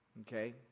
Okay